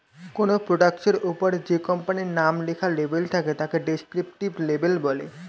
কোনো প্রোডাক্টের ওপরে যে কোম্পানির নাম লেখা লেবেল থাকে তাকে ডেসক্রিপটিভ লেবেল বলে